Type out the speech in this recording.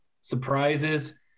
surprises